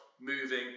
moving